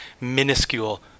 minuscule